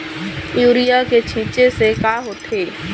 Urea के छींचे से का होथे?